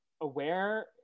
aware